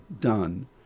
done